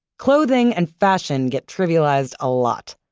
clothing and fashion get trivialized a lot.